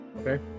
Okay